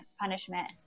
punishment